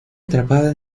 atrapada